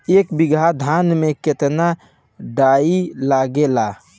एक बीगहा धान में केतना डाई लागेला?